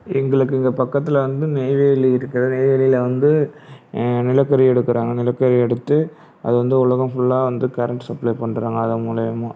எங்களுக்கு இங்கே பக்கத்தில் வந்து நெய்வேலி இருக்குது நெய்வேலியில் வந்து நிலக்கரி எடுக்குறாங்க நிலக்கரி எடுத்து அது வந்து உலகம் ஃபுல்லாக வந்து கரண்ட் சப்ளை பண்றாங்க அதன் மூலியமா